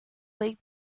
league